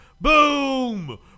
Boom